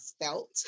felt